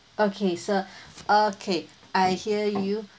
okay sir okay I hear you